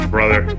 Brother